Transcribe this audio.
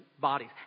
bodies